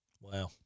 Wow